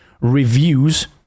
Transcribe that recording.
reviews